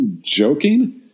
Joking